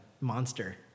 Monster